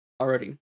already